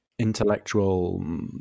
intellectual